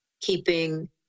keeping